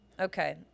Okay